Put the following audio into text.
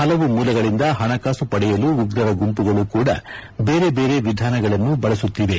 ಪಲವು ಮೂಲಗಳಿಂದ ಪಣಕಾಸು ಪಡೆಯಲು ಉಗ್ರರ ಗುಂಪುಗಳು ಕೂಡ ಬೇರೆ ಬೇರೆ ವಿಧಾನಗಳನ್ನು ಬಳಸುತ್ತಿವೆ